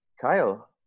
Kyle